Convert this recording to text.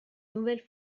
nouvelle